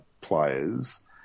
players